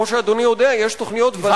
כמו שאדוני יודע, יש תוכניות ול"ליות.